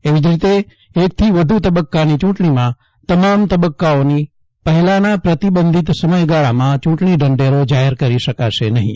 એવી જ રીતે એક થી વ્યુ તબક્કાની ચૂંટણીમાં તમામ તબક્કાઓની પહેલાના પ્રતિબંધીત સમગયાળામાં ચૂંટણી ઢંઢેરો જાહેર કરી શકાશે નહીં